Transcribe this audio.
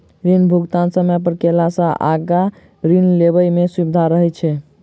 ऋण भुगतान समय पर कयला सॅ आगाँ ऋण लेबय मे सुबिधा रहैत छै